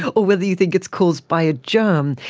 or whether you think it's caused by a germ.